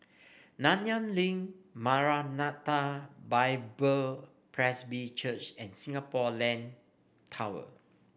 Nanyang Link Maranatha Bible Presby Church and Singapore Land Tower